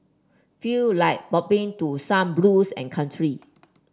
feel like bopping to some blues and country